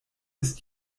ist